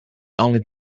only